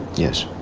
yes,